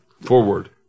Forward